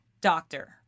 doctor